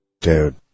dude